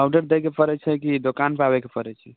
order दैके पड़ै छै कि दोकानपर आबैके पड़ै छै